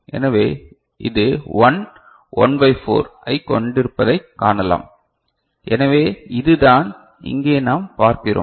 எனவே இது 1 1 பை 4 ஐக் கொண்டிருப்பதைக் காணலாம் எனவே இதுதான் இங்கே நாம் பார்க்கிறோம்